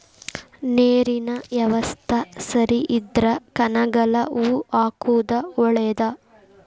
ನೇರಿನ ಯವಸ್ತಾ ಸರಿ ಇದ್ರ ಕನಗಲ ಹೂ ಹಾಕುದ ಒಳೇದ